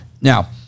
Now